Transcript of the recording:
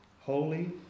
holy